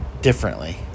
differently